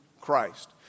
Christ